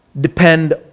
depend